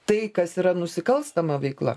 tai kas yra nusikalstama veikla